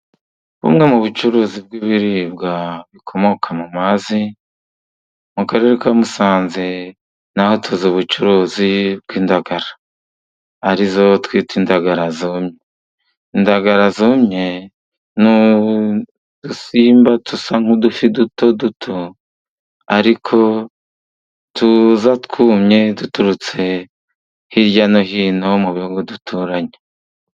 Bumwe mu bucuruzi bw'ibiribwa bikomoka mu mazi, mu karere ka Musanze naho tuzi ubucuruzi bw'indagara, arizo twita indaga zumye, indagara zumye n'udusimba dusa nk'udufi duto duto ariko tuza twumye, duturutse hirya no hino mu bihugu duturanye.